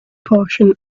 portion